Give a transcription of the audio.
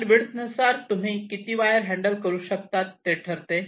channel width नुसार तुम्ही किती वायर हँडल करू शकतात ते ठरते